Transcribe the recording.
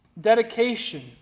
dedication